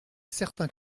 certain